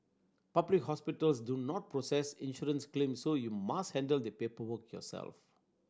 public hospitals do not process insurance claims so you must handle the paperwork yourself